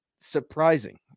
surprising